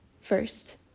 first